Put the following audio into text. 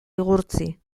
igurtzi